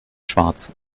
schwarz